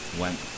went